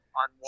on